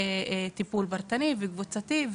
טיפול פרטני וטיפול קבוצתי.